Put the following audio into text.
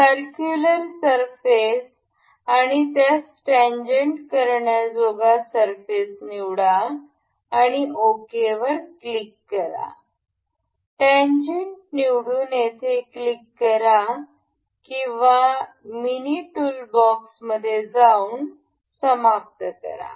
circular surface आणि त्यास tangent करण्याजोगा सरफेस निवडा आणि ओके वर क्लिक करा टॅन्जेन्ट निवडून येथे क्लिक करा किंवा मिनी टूलबॉक्स मध्ये जाऊन समाप्त करा